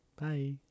Bye